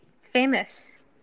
famous